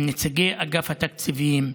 עם נציגי אגף התקציבים,